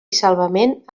salvament